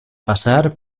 passar